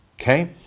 okay